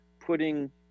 putting